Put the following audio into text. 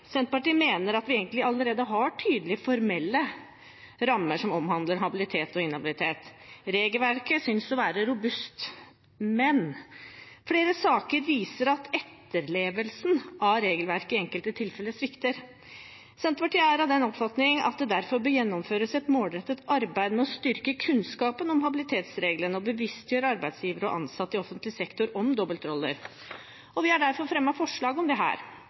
Senterpartiet mener at vi egentlig allerede har tydelige formelle rammer som omhandler habilitet og inhabilitet. Regelverket synes å være robust, men flere saker viser at etterlevelsen av regelverket i enkelte tilfeller svikter. Senterpartiet er av den oppfatning at det derfor bør gjennomføres et målrettet arbeid med å styrke kunnskapen om habilitetsreglene og bevisstgjøre arbeidsgiver og ansatte i offentlig sektor om dobbeltroller. Vi har derfor fremmet forslag om